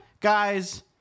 Guys